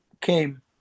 came